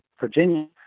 Virginia